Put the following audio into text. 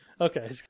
Okay